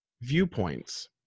viewpoints